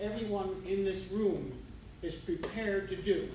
everyone in this room is prepared to do